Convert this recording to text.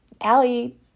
Allie